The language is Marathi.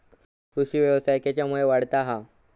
कृषीव्यवसाय खेच्यामुळे वाढता हा?